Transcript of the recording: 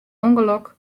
ûngelok